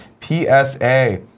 PSA